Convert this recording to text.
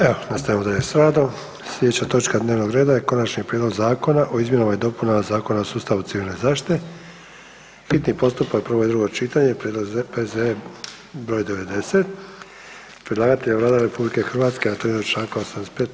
Evo nastavljamo dalje s radom, slijedeća točka dnevnog reda je: - Konačni prijedlog zakona o izmjenama i dopunama Zakona o sustavu civilne zaštite, hitni postupak, prvo i drugo čitanje, P.Z.E. br. 90 Predlagatelj je Vlada RH na temelju članka 85.